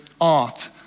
art